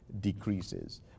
decreases